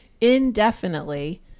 indefinitely